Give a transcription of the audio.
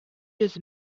йөз